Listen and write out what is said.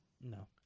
No